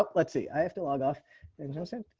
ah let's see. i have to log off and joe said, oh,